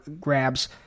grabs